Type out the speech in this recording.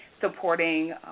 supporting